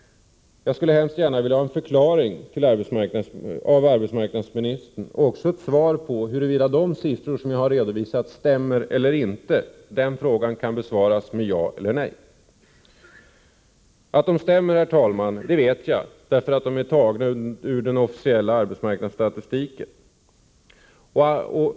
Jag skulle mycket gärna vilja ha en förklaring av arbetsmarknadsministern och ett svar på huruvida de siffror som jag redovisat stämmer eller inte. Frågan kan besvaras med ja eller nej. Att siffrorna stämmer, herr talman, vet jag, eftersom de är tagna ur den officiella arbetsmarknadsstatistiken.